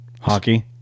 Hockey